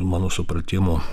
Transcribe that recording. mano supratimu